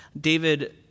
David